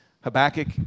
Habakkuk